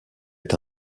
est